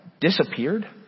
disappeared